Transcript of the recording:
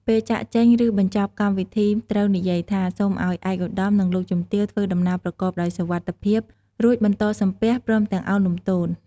ពេលចាកចេញ ឬបញ្ចប់កម្មវិធីត្រូវនិយាយថា សូមឱ្យឯកឧត្តម និង លោកជំទាវ ធ្វើដំណើរប្រកបដោយសុវត្ថិភាព រួចបន្តសំពះ ព្រមទាំងឱនលំទោន។